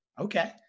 okay